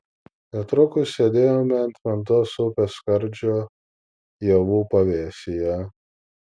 netrukus sėdėjome ant ventos upės skardžio ievų pavėsyje